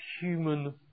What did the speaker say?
human